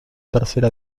tercera